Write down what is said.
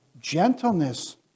gentleness